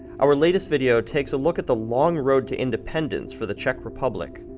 our latest video takes a look at the long road to independence for the czech republic.